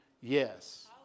yes